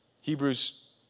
Hebrews